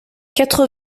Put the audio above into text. quatre